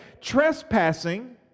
trespassing